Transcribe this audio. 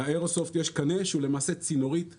לאיירסופט יש קנה שהוא למעשה צינורית מתכת.